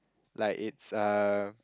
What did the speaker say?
like it's uh